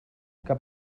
que